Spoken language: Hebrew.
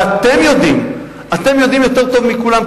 ואתם יודעים יותר טוב מכולם,